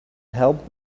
helped